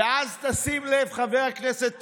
ואז תשים לב, חבר הכנסת טיבי,